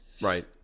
Right